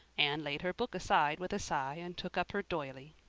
anne laid her book aside with a sigh and took up her doily.